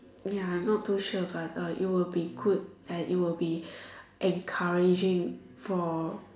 ya I'm not to sure but uh it will be good and it will be encouraging for